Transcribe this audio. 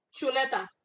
Chuleta